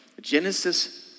Genesis